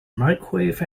microwave